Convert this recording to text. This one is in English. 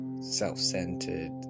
self-centered